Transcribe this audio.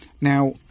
Now